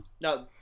No